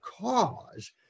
cause